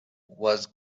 was